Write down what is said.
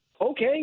Okay